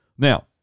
Now